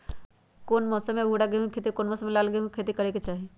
कौन मौसम में भूरा गेहूं के खेती और कौन मौसम मे लाल गेंहू के खेती करे के चाहि?